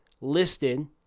listed